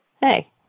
hey